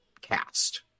cast